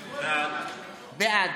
בעד